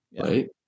right